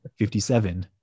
57